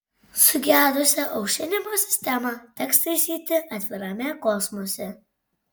sugedusią aušinimo sistemą teks taisyti atvirame kosmose